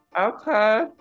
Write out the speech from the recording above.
Okay